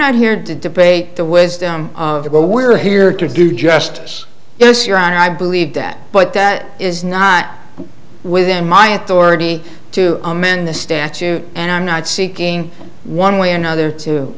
not here to debate the wisdom of the we're here to give justice yes your honor i believe that but that is not within my authority to amend the statute and i'm not seeking one way or another to